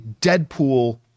Deadpool